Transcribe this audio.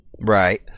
Right